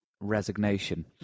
resignation